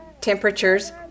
temperatures